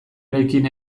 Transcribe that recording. eraikin